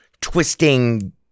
twisting